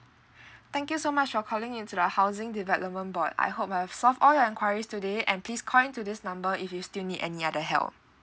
thank you so much for calling in to the housing development board I hope I have solved all your enquiries today and please call in to this number if you still need any other help